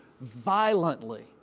violently